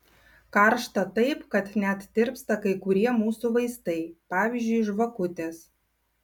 karšta taip kad net tirpsta kai kurie mūsų vaistai pavyzdžiui žvakutės